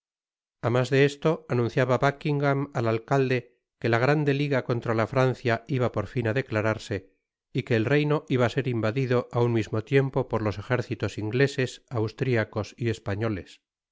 a mas de esto anunciaba buckingam al alcalde que la grande liga contra la francia iba por fin á declararse y que el reino iba á ser invadido á un mismo tiempo por los ejércitos ingleses austriacos y españoles la